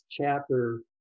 chapter